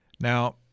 Now